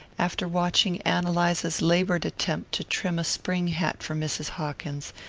after watching ann eliza's laboured attempt to trim a spring hat for mrs. hawkins,